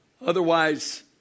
Otherwise